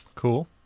Cool